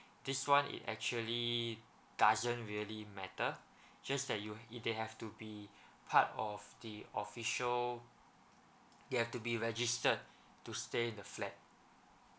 this one it actually doesn't really matter just that you if they have to be part of the official you have to be registered to stay in the flat